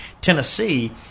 Tennessee